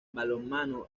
balonmano